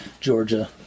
Georgia